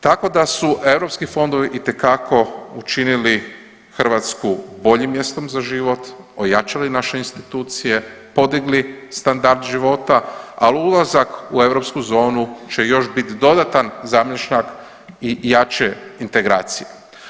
Tako da su EU fondovi itekako učinili Hrvatsku boljim mjestom za život, ojačali naše institucije, podigli standard života, ali ulazak u europsku zonu će još biti dodatan zamašnjak i jače integracije.